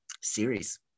series